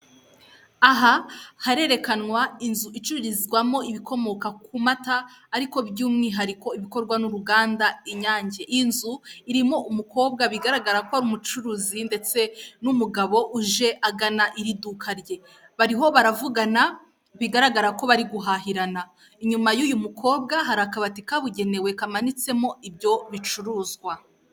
Aha harerekanwa inzu icururizwamo ibikomoka ku mata ariko byumwihariko ibikorwa n'uruganda inyange, inzu irimo umukobwa bigaragara ko ari umucuruzi ndetse n'umugabo uje agana iri duka rye, bariho baravugana bigaragara ko bari guhahirana inyuma y'uyu mukobwa hari akabati kabugenewe kamanitsemo ibyo bicuruzwa.